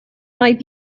might